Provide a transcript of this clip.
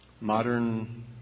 modern